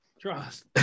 Trust